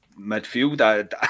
midfield